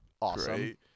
Awesome